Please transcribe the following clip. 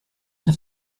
have